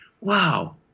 wow